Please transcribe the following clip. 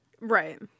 Right